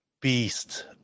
beast